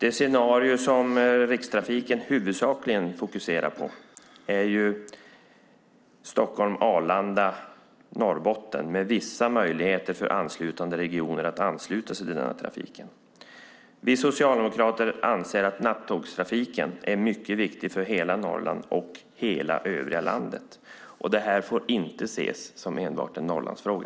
Rikstrafiken fokuserar huvudsakligen på förbindelserna mellan Stockholm/Arlanda och Norrbotten med vissa möjligheter för andra regioner att ansluta sig till den här trafiken. Vi socialdemokrater anser att nattågstrafiken är mycket viktig för hela Norrland och för övriga landet. Det här får inte enbart ses som en Norrlandsfråga.